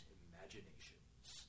imaginations